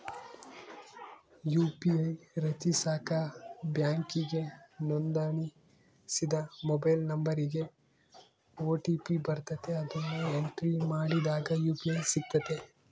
UPI ರಚಿಸಾಕ ಬ್ಯಾಂಕಿಗೆ ನೋಂದಣಿಸಿದ ಮೊಬೈಲ್ ನಂಬರಿಗೆ ಓ.ಟಿ.ಪಿ ಬರ್ತತೆ, ಅದುನ್ನ ಎಂಟ್ರಿ ಮಾಡಿದಾಗ ಯು.ಪಿ.ಐ ಸಿಗ್ತತೆ